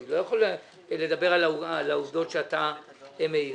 אני לא יכול לדבר על העובדות שאתה מעיר